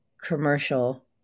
commercial